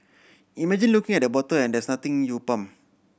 imagine looking at the bottle and there's nothing you pump